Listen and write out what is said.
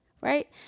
Right